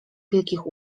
wielkich